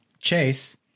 Chase